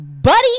Buddy